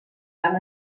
van